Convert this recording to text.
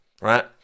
right